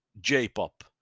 j-pop